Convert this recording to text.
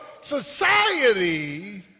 society